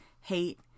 hate